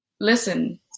Listen